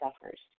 suffers